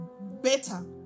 better